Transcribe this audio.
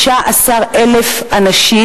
16,000 אנשים.